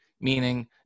meaning